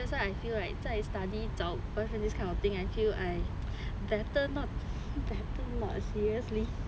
so that's why I feel right 在 study 找 boyfriend this kind of thing I feel I better not better not seriously